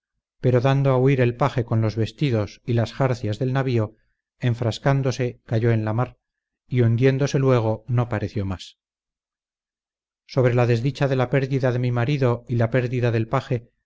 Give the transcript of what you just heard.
pero dando a huir el paje con los vestidos y las jarcias del navío enfrascándose cayó en la mar y hundiéndose luego no pareció más sobre la desdicha de la pérdida de mi marido y la pérdida del paje